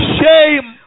shame